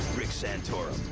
rick santorum.